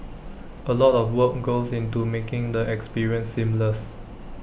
A lot of work goes into making the experience seamless